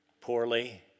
poorly